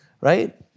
right